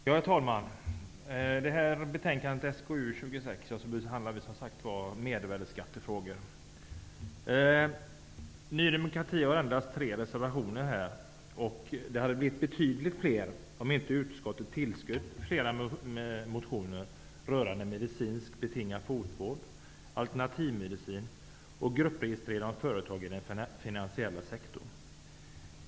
Herr talman! Skatteutskottets betänkande SkU26 handlar, som sagt, om mervärdesskatten. Vi i Ny demokrati har endast tre reservationer. Men det skulle ha blivit betydligt fler om inte utskottet hade tillstyrkt flera motioner rörande medicinskt betingad fotvård, alternativmedicin och gruppregistrering av företag inom den finansiella sektorn.